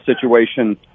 situation